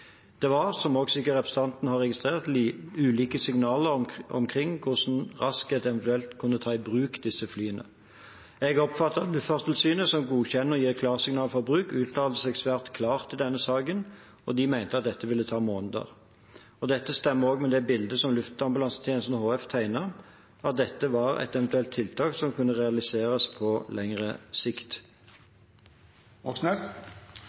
Det var, som sikkert også representanten har registrert, litt ulike signaler omkring hvor raskt man eventuelt kunne ta i bruk disse flyene. Jeg oppfatter at Luftfartstilsynet, som godkjenner og gir klarsignal for bruk, uttalte seg svært klart i denne saken. De mente at dette ville ta måneder. Dette stemmer med det bildet som Luftambulansetjenesten HF tegnet – at dette var et eventuelt tiltak som kunne realiseres på lengre sikt.